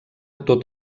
tot